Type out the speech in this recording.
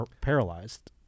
paralyzed